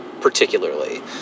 particularly